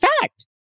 Fact